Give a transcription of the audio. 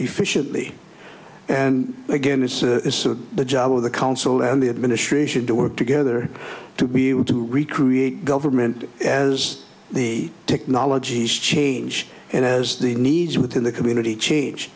efficiently and again it's the job of the council and the administration to work together to be able to recreate government as the technologies change and as the needs within the community change